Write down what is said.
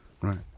Right